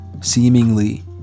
seemingly